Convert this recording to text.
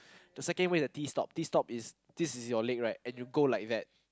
the second way is the T stop T stop is this is your leg right and you go like that